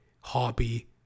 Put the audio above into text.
hobby